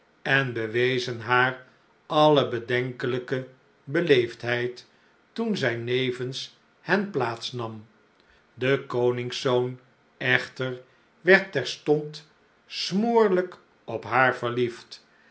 en bewezen haar alle bedenkelijke beleefdheid toen zij nevens hen plaats nam de koningszoon echter werd terstond smoorlijk op haar verliefd